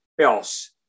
else